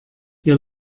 ihr